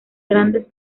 grandes